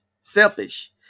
selfish